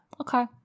Okay